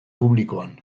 publikoan